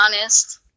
honest